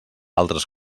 altres